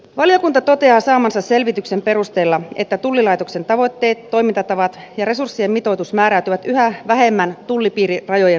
valiokunta toteaa saamansa selvityksen perusteella että tullilaitoksen tavoitteet toimintatavat ja resurssien mitoitus määräytyvät yhä vähemmän tullipiirirajojen mukaisesti